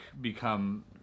become